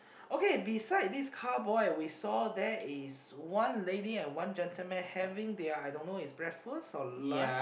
okay beside this car boy we saw there is one lady and one gentleman having their I don't know is breakfast or lunch